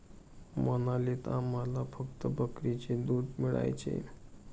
मनालीत आम्हाला फक्त बकरीचे दूध मिळायचे